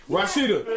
Rashida